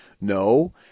No